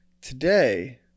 Today